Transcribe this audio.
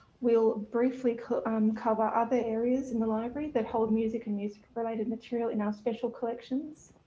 we'll briefly cover um cover other areas in the library that hold music and music related material in our special collections.